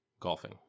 golfing